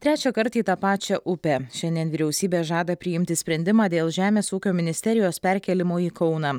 trečiąkart į tą pačią upę šiandien vyriausybė žada priimti sprendimą dėl žemės ūkio ministerijos perkėlimo į kauną